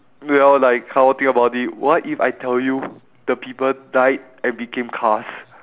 well like come on think about it what if I tell you the people died and became cars